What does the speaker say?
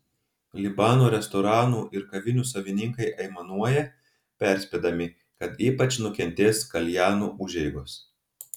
libano restoranų ir kavinių savininkai aimanuoja perspėdami kad ypač nukentės kaljanų užeigos